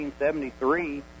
1973